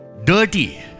Dirty